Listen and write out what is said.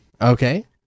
Okay